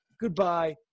Goodbye